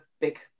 big